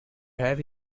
have